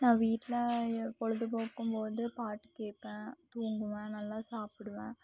நான் வீட்டில் என் பொழுதுபோக்கும்போது பாட்டு கேட்பேன் தூங்குவேன் நல்லா சாப்பிடுவேன்